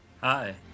Hi